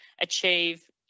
achieve